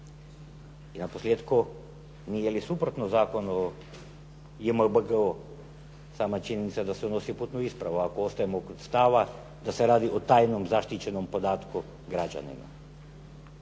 I na posljetku nije li suprotno zakonu o JMBG-o sama činjenica da se unosi u putnu ispravu ako ostajemo kod stava da se radi o tajnom zaštićenom podatku građanina.